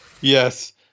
yes